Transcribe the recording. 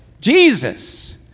Jesus